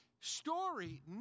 story